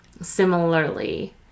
similarly